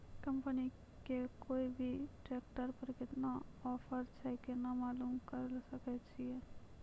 Company के कोय भी ट्रेक्टर पर केतना ऑफर छै केना मालूम करऽ सके छियै?